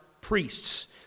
priests